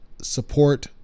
Support